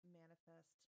manifest